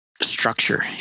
structure